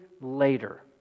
later